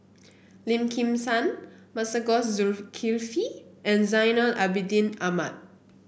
Lim Kim San Masagos Zulkifli and Zainal Abidin Ahmad